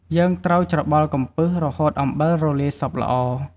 យើងត្រូវច្របល់កំពឹស រហូតអំបិលរលាយសព្វល្អ។